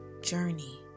journey